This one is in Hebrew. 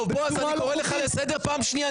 בועז, אני קורא לך לסדר פעם שנייה.